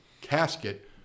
casket